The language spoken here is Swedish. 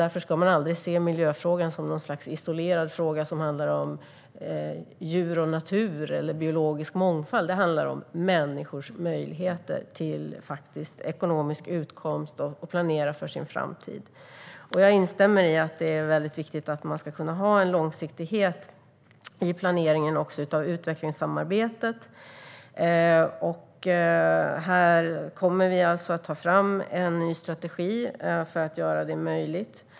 Därför ska man aldrig se miljöfrågan som något slags isolerad fråga som handlar om djur och natur eller biologisk mångfald: Det handlar om människors möjligheter till ekonomisk utkomst och att planera för sin framtid. Jag instämmer i att det är väldigt viktigt att ha en långsiktighet i planeringen också av utvecklingssamarbetet. Här kommer vi alltså att ta fram en ny strategi för att göra det möjligt.